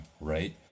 right